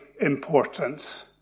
importance